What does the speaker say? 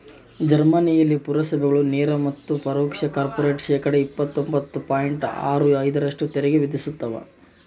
ಜರ್ಮನಿಯಲ್ಲಿ ಪುರಸಭೆಗಳು ನೇರ ಮತ್ತು ಪರೋಕ್ಷ ಕಾರ್ಪೊರೇಟ್ ಶೇಕಡಾ ಇಪ್ಪತ್ತೊಂಬತ್ತು ಪಾಯಿಂಟ್ ಆರು ಐದರಷ್ಟು ತೆರಿಗೆ ವಿಧಿಸ್ತವ